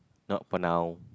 not for now